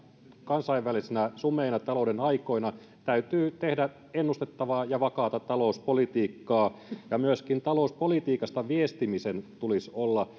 sumeina talouden aikoina täytyy tehdä ennustettavaa ja vakaata talouspolitiikkaa ja myöskin talouspolitiikasta viestimisen tulisi olla